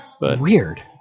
Weird